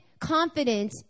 confident